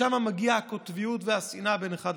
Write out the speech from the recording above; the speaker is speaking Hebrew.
משם מגיעות הקוטביות והשנאה בין אחד לשני.